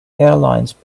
airlines